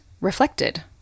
reflected